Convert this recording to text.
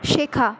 শেখা